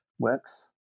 works